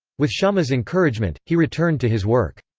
with sciama's encouragement, he returned to his work.